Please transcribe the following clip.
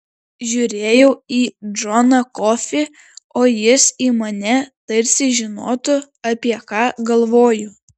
žiūrėjau į džoną kofį o jis į mane tarsi žinotų apie ką galvoju